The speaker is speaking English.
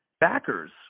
backers